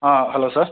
ah hello sir